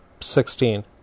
sixteen